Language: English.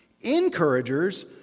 Encouragers